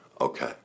okay